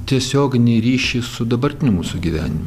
tiesioginį ryšį su dabartiniu mūsų gyvenimu